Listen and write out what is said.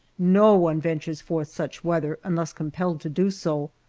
no one ventures forth such weather unless compelled to do so,